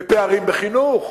בפערים בחינוך,